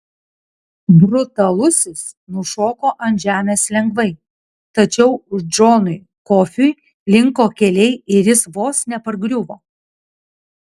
brutalusis nušoko ant žemės lengvai tačiau džonui kofiui linko keliai ir jis vos nepargriuvo